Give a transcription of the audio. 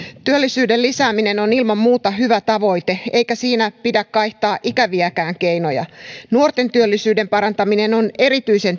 työllisyyden lisääminen on ilman muuta hyvä tavoite eikä siinä pidä kaihtaa ikäviäkään keinoja nuorten työllisyyden parantaminen on erityisen